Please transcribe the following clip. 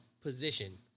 position